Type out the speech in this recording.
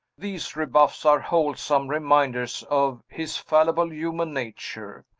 these rebuffs are wholesome reminders of his fallible human nature,